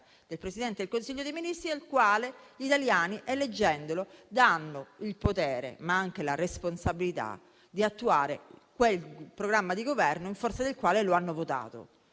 del Presidente del Consiglio dei ministri, al quale gli italiani, eleggendolo, danno il potere, ma anche la responsabilità, di attuare quel programma di Governo in forza del quale lo hanno votato.